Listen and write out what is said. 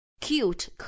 Cute